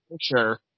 Sure